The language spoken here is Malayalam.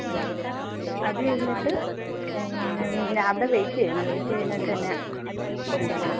അത് കഴിഞ്ഞിട്ട് നാ അവിടെ വെയ്റ്റ് ചെയ്യണം വെയിറ്റ് ചെയ്തിട്ട് എന്നെ കൊണ്ടോണം